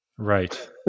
Right